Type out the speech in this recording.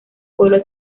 pueblo